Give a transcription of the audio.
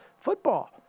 football